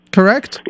Correct